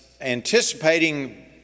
anticipating